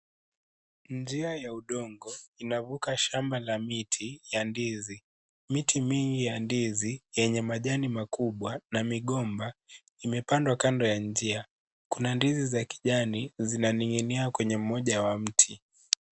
Njia ya udongo unavuka shamba la miti ya Ndizi. Miti mingi ya ndizi yenye majani makubwa na migomba imepandwa njia. Kuna ndizi za kijani zinaning'inia kwenye mmoja wa miti.